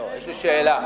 יש לי שאלה: